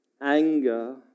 anger